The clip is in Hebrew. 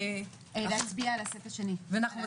ואנחנו מצביעים על הסט השני.